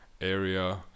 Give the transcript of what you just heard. area